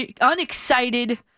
unexcited